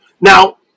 Now